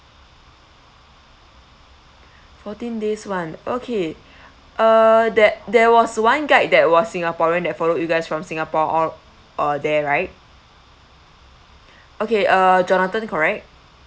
fourteen days [one] okay uh there there was one guide that was singaporean that followed you guys from singapore all uh there right okay uh jonathan correct